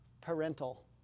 parental